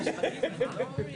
אתם לא רוצים שיערערו.